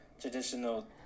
traditional